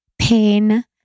pain